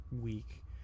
week